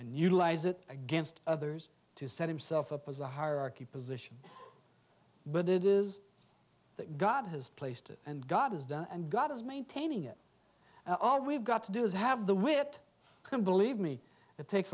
and utilize it against others to set himself up as a hierarchy position but it is that god has placed it and god is done and god is maintaining it all we've got to do is have the wit come believe me it takes